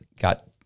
got